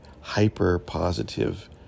hyper-positive